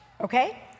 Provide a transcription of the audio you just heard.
Okay